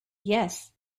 yes